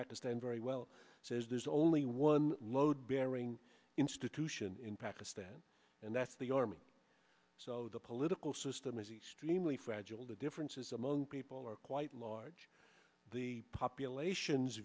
pakistan very well says there's only one load bearing institution in pakistan and that's the army so the political system is extremely fragile the differences among people are quite large the populations